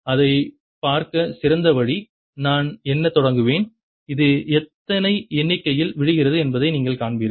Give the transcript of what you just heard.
அதைப் பார்க்க சிறந்த வழி நான் எண்ணத் தொடங்குவேன் அது எத்தனை எண்ணிக்கையில் விழுகிறது என்பதை நீங்கள் காண்பீர்கள்